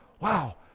wow